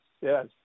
yes